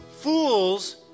Fools